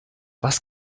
was